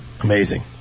Amazing